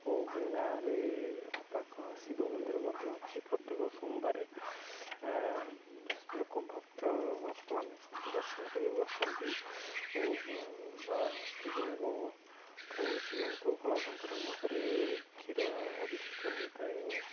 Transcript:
ଓ ଗାଁରେ ପାଖ ଶିବ ମନ୍ଦିର ମଧ୍ୟ ଅଛି ପ୍ରତ୍ୟେକ ସୋମବାରରେ ଲୋକ ଭକ୍ତ ଭକ୍ତମାନେ ସବୁ ଦର୍ଶନ କରିବାକୁ ଆସନ୍ତି ଓ ବା ଶିବଙ୍କ ପ୍ରଭୁ ଶିବଙ୍କ ଭୋଳାଶଙ୍କରଙ୍କ ପାଖରେ କ୍ଷୀର ଅଭିଷେକ ହୋଇଥାଏ ଓ